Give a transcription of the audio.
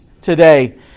today